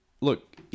look